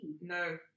No